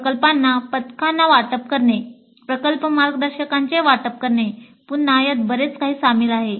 प्रकल्पांना पथकांना वाटप करणे प्रकल्प मार्गदर्शकांचे वाटप करणे पुन्हा यात बरेच काही सामील आहे